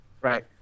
right